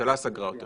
הממשלה סגרה אותם